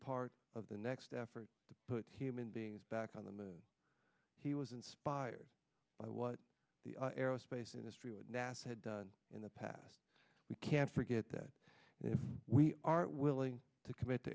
part of the next effort to put human beings back on the he was inspired by what the aerospace industry what nasa had done in the past we can't forget that if we aren't willing to commit the